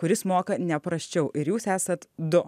kuris moka ne prasčiau ir jūs esat du